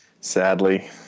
Sadly